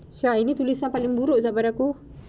sia ini tulisan paling buruk sia pada aku